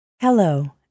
Hello